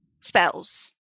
spells